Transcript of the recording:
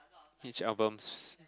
each albums